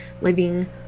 living